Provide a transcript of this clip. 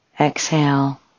Exhale